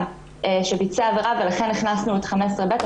שביצע עבירה ולכן הכנסנו את 15(ב).